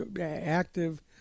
active